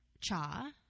Cha